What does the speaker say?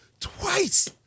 Twice